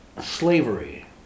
slavery